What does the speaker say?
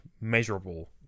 measurable